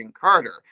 Carter